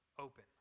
open